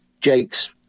jake's